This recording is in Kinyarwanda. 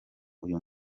uyu